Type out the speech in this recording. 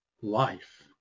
life